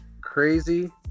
crazy